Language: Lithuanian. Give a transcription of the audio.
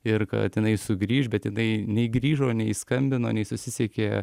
ir kad jinai sugrįš bet jinai nei grįžo nei skambino nei susisiekė